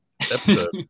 episode